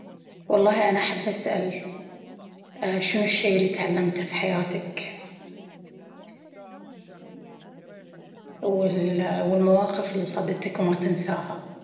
والله أنا أحب أسأل شنو الشي إلي تعلمته في حياتك، وممكن أسأل أسئلة دقيقة وأعطيهم مواقف وأسألهم ويش ممكن يسوون إذا صادتهم مثل ويش الشغلة اللي بيشتغلها لو كان مو مشهور أو لو كان مفلس أو ويش الطبخة اللي تحب تاكلها في يومك المفتوح وويش الاماكن اللي تحب تروحها وترتاح فيها والمواقف اللي صادتك وما تنساها زمن هذا القبيل يعني.